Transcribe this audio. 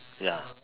ya